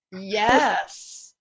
Yes